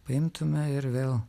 paimtume ir vėl